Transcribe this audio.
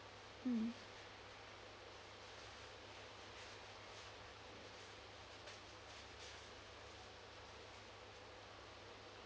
mm